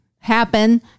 Happen